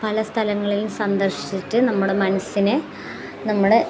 പല സ്ഥലങ്ങളിലും സന്ദർശിച്ചിട്ട് നമ്മുടെ മനസ്സിനെ നമ്മൾ